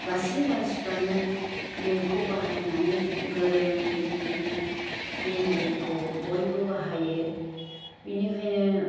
गासै मानसिफ्रानो बेखौ बाहायनानै गोरों बिनिखायनो बे मबेलखौ बयबो बाहायो बिनिखायनो